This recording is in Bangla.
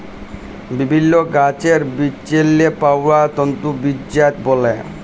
বিভিল্ল্য গাহাচের বিচেল্লে পাউয়া তল্তুকে বীজজাত ব্যলে